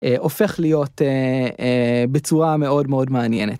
הופך להיות בצורה מאוד מאוד מעניינת.